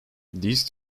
these